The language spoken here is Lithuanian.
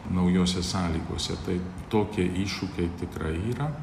naujose sąlygose tai tokie iššūkiai tikrai yra